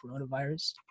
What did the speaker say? coronavirus